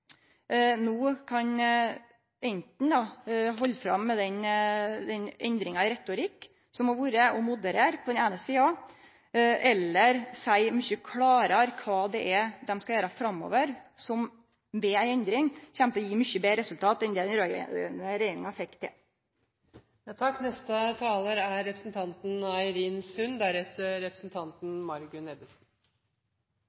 no enten på den eine sida kan halde fram med den endringa i retorikk som har vore, og moderere, eller seie mykje klarare kva dei skal gjere framover som ved ei endring kjem til å gi mykje betre resultat enn det den raud-grøne regjeringa fekk til.